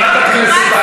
חברת הכנסת.